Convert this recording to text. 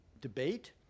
debate